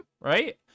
right